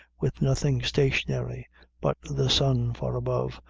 with nothing stationary but the sun far above,